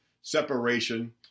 separation